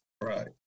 Right